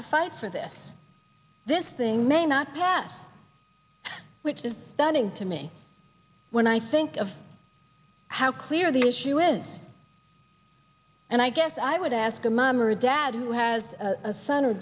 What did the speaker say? to fight for this this thing may not pass which is stunning to me when i think of how clear the issue is and i guess i would ask a mom or dad who has a son or